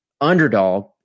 underdog